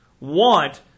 want